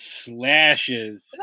Slashes